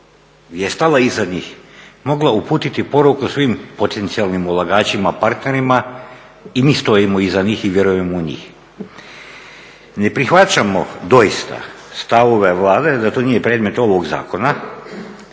je stala iza njih, i mogla uputiti poruku svim potencijalnim ulagačima partnerima i mi stojimo iza njih i vjerujemo u njih. Ne prihvaćamo doista stavove Vlade da to nije predmet ovog zakona